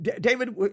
David